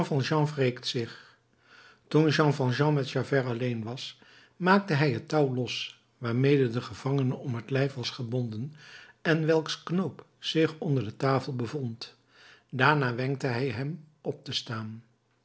valjean wreekt zich toen jean valjean met javert alleen was maakte hij het touw los waarmede de gevangene om het lijf was gebonden en welks knoop zich onder de tafel bevond daarna wenkte hij hem op te staan